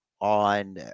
on